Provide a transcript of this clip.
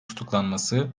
tutuklanması